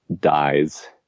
dies